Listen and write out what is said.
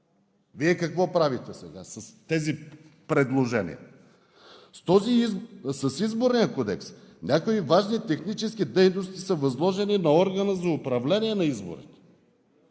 Вие какво правите сега с тези предложения? С Изборния кодекс някои важни технически дейности са възложени на органа за управление на изборите.